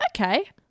okay